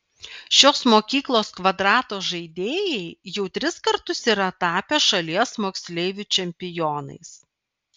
šios mokyklos kvadrato žaidėjai jau tris kartus yra tapę šalies moksleivių čempionais